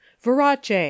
Verace